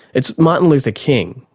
it's martin luther king,